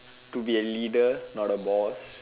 to be a leader not a boss